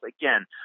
Again